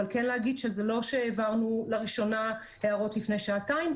אבל אנחנו כן רוצים להגיד שזה לא שהעברנו לראשונה הערות לפני שעתיים.